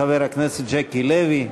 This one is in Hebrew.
חבר הכנסת ז'קי לוי,